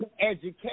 education